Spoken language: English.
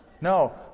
No